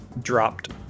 dropped